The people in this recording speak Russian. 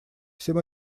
всем